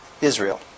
Israel